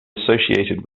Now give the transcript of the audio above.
associated